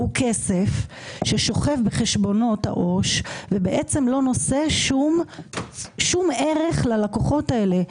הוא כסף ששוכב בחשבונות העו"ש ובעצם לא נושא שום ערך ללקוחות האלה.